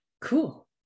cool